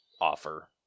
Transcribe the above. offer